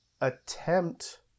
attempt